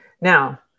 Now